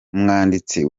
umwanditsi